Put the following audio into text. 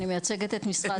אני מייצגת את משרד